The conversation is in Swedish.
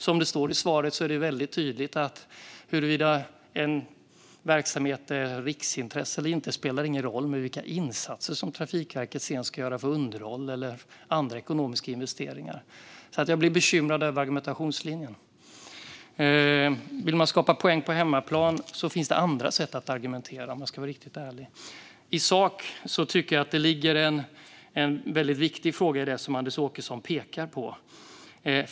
Som det står i svaret är det väldigt tydligt att det inte spelar någon roll huruvida en verksamhet är ett riksintresse eller inte för vilka insatser Trafikverket ska göra för underhållet eller för andra ekonomiska investeringar. Jag blir bekymrad över argumentationslinjen. Vill man göra poäng på hemmaplan finns det, om jag ska vara riktigt ärlig, andra sätt att argumentera på. I sak finns det något viktigt i det som Anders Åkesson pekar på.